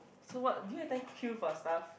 so what do you every time queue for stuff